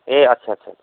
ए अच्छा अच्छा